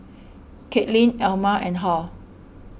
Katelyn Alma and Hal